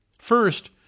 First